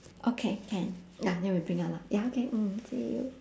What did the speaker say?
okay can ya then we bring out lor ya okay mm see you